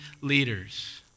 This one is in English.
leaders